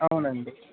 అవునండి